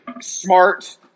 smart